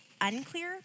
unclear